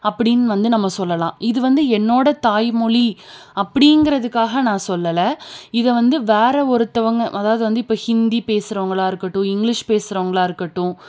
அப்படின்னு வந்து நம்ம சொல்லலாம் இது வந்து என்னோடய தாய் மொழி அப்படிங்கிறதுக்காக நான் சொல்லலை இத வந்து வேறே ஒருத்தவங்க அதாவது வந்து இப்போ ஹிந்தி பேசுகிறவங்களா இருக்கட்டும் இங்கிலிஷ் பேசுகிறவங்களா இருக்கட்டும்